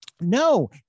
No